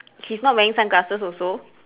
he's not wearing sunglasses also